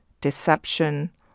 deception